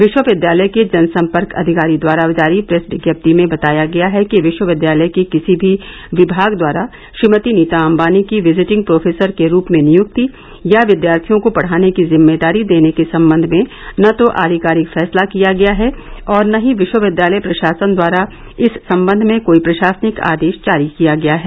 विश्वविद्यालय के जनसंपर्क अधिकारी द्वारा जारी प्रेस विज्ञप्ति में बताया गया है कि विश्वविद्यालय के किसी भी विभाग द्वारा श्रीमती नीता अंबानी की विजिटिंग प्रोफेसर के रूप में नियुक्ति या विद्यार्थियों को पढ़ाने की जिम्मेदारी देने के संबंध में न तो अधिकारिक फैंसला किया गया है और न ही विश्वविद्यालय प्रशासन द्वारा इस संबंध में कोई प्रशासनिक आदेश जारी किया गया है